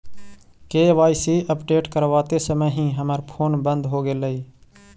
KYC update करवाते समय ही हमर फोन बंद हो गेलई